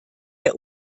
der